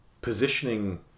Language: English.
positioning